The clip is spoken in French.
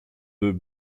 deux